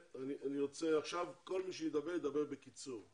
עכשיו כל מי שידבר, ידבר בקיצור.